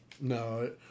No